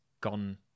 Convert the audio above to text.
gone